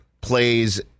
plays